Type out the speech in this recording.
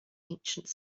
ancient